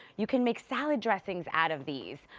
you can make salad dressings out of these.